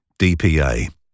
DPA